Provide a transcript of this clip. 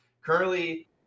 Currently